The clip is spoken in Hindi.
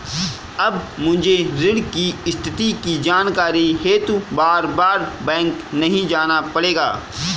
अब मुझे ऋण की स्थिति की जानकारी हेतु बारबार बैंक नहीं जाना पड़ेगा